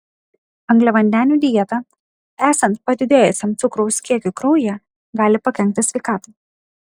angliavandenių dieta esant padidėjusiam cukraus kiekiui kraujyje gali pakenkti sveikatai